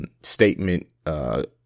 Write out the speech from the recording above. statement